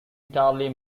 italy